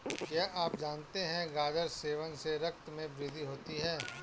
क्या आप जानते है गाजर सेवन से रक्त में वृद्धि होती है?